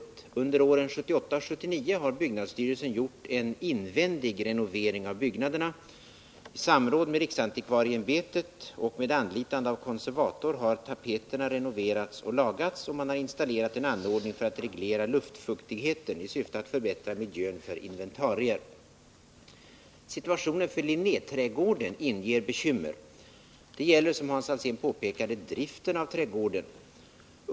Under åren 1978-1979 har byggnadsstyrelsen gjort en invändig renovering av byggnaderna. I samråd med riksantikvarieämbetet och med anlitande av konservator har tapeterna renoverats och lagats, och man har installerat en anordning för att reglera luftfuktigheten i syfte att förbättra miljön för inventarier. Situationen för Linnéträdgården inger bekymmer. Det gäller, som Hans Alsén påpekade, driften av trädgården.